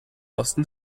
osten